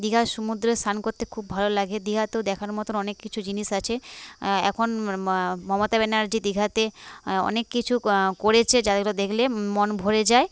দিঘার সমুদ্রে স্নান করতে খুব ভালো লাগে দিঘাতেও দেখার মতোন অনেক কিছু জিনিস আছে এখন ম মমতা ব্যানার্জি দিঘাতে অনেক কিছু করেছে যাগুলো দেখলে মন ভরে যায়